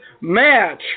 match